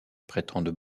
prétendent